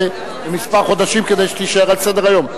בכמה חודשים כדי שיישאר על סדר-היום?